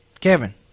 Kevin